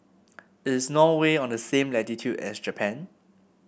is Norway on the same latitude as Japan